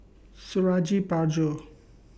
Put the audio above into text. Suradi Parjo